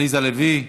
עליזה לביא.